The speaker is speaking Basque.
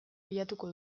bilatuko